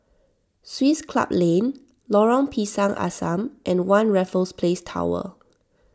Swiss Club Lane Lorong Pisang Asam and one Raffles Place Tower